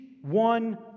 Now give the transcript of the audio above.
one